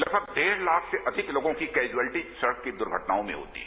लगभग डेढ़ लाख से अधिक लोगों की कैजुअल्टी सड़क की दुर्घटनाओं में होती है